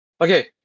okay